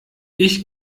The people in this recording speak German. ich